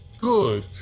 good